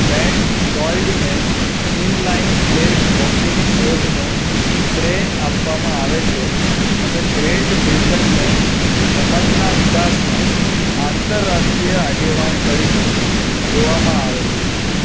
Matt લોય્ડને inline sledge હોકીની શોધનો શ્રેય આપવામાં આવે છે અને ગ્રેટ બ્રિટનને રમતના વિકાસમાં આંતરરાષ્ટ્રીય આગેવાન તરીકે જોવામાં આવે છે